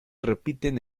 repiten